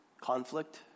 conflict